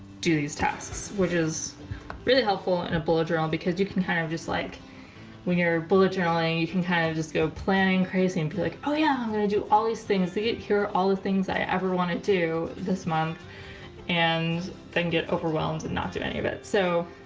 do these tasks, which is really helpful in a bullet journal because you can kind of just like when your bullet journaling you can kind of just go planning crazy and be like oh yeah i'm gonna do all these things they get here are all the things i ever want to do this month and then get overwhelmed and not any of it. so